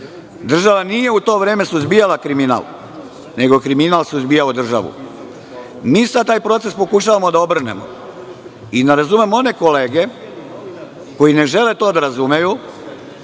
Država nije u to vreme suzbijala kriminal, nego je kriminal suzbijao državu. Mi sada taj proces pokušavamo da obrnemo i ne razumem one kolege koji ne žele to da razumeju,